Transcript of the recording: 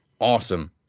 Awesome